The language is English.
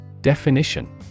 Definition